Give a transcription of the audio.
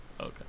Okay